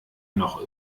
noch